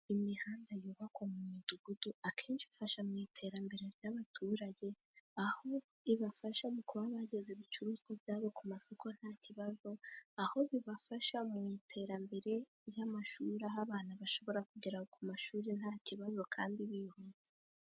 Imihanda yubakwa mu midugudu, akenshi ifasha mu iterambere ry'abaturage, aho ibafasha mu kuba bageza ibicuruzwa byabo ku masoko nta kibazo, aho bibafasha mu iterambere ry'amashuri, aho abana bashobora kugera ku mashuri nta kibazo, kandi bihuse.